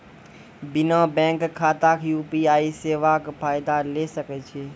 बिना बैंक खाताक यु.पी.आई सेवाक फायदा ले सकै छी?